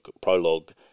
prologue